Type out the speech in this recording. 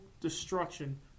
destruction